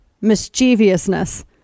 mischievousness